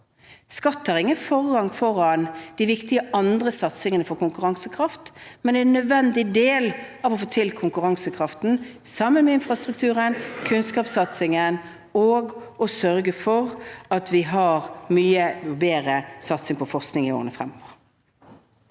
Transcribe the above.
Skatt har ingen forrang foran de andre viktige satsingene på konkurransekraft, men det er en nødvendig del for å styrke konkurransekraften, sammen med infrastrukturen, kunnskapssatsingen og å sørge for at vi har mye bedre satsing på forskning i årene fremover.